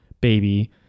baby